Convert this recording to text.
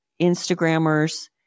Instagrammers